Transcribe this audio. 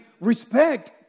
respect